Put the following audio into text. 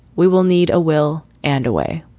we will need a will and a way,